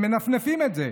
הם מנפנפים את זה.